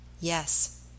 Yes